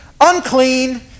unclean